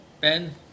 Ben